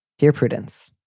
dear prudence.